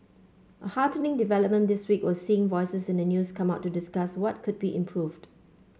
a heartening development this week was seeing voices in the news come out to discuss what could be improved